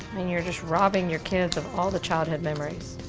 and you're just robbing your kids of all the childhood memories.